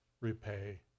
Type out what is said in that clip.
repay